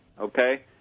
Okay